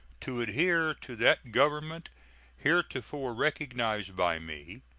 to adhere to that government heretofore recognized by me.